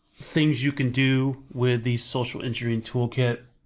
things you can do with the social-engineering toolkit